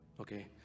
okay